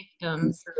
victims